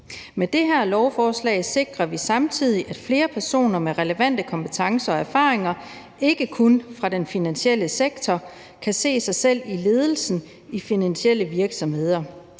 Med det her lovforslag sikrer vi samtidig, at flere personer med relevante kompetencer og erfaringer ikke kun fra den finansielle sektor kan se sig selv i ledelsen i finansielle virksomheder.